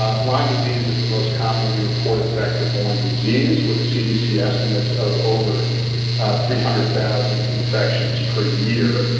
ah lyme disease is the most commonly reported vector-born disease, with cdc estimates of over three hundred thousand infections per year.